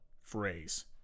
phrase